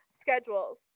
schedules